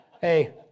Hey